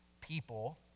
people